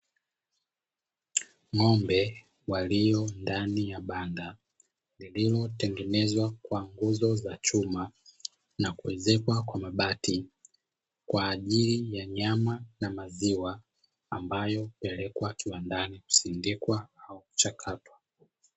Ng'ombe walio ndani ya banda lililo tengenezwa kwa nguzo za chuma na kuezekwa kwa mabati kwa ajili ya nyama na maziwa ambayo hupelekwa kiwandani kusindikwa au kuchakatwa.